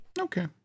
Okay